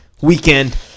Weekend